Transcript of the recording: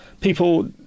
people